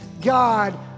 God